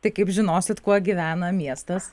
tai kaip žinosit kuo gyvena miestas